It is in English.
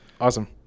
Awesome